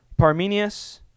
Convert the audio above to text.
Parmenius